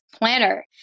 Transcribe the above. planner